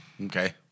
Okay